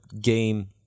game